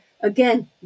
again